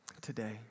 today